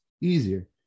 Easier